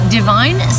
Divine